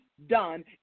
done